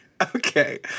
Okay